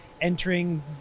entering